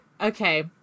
okay